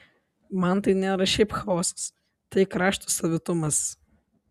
man tai nėra šiaip chaosas tai krašto savitumas